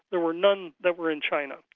there were none that were in china.